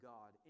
God